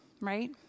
right